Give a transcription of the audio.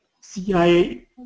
CIA